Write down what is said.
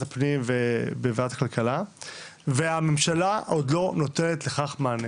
הפנים ובוועדת הכלכלה והממשלה עוד לא נותנת לכך מענה